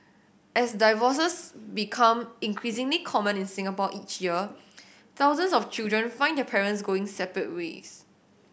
as divorces become increasingly common in Singapore each year thousands of children find their parents going separate ways